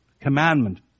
commandment